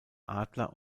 adler